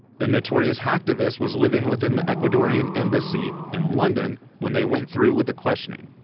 the notorious hacktivist was living within the ecuadorian embassy in london when they went through with the questioning.